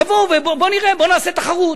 תבואו, בואו נראה, בואו נעשה תחרות.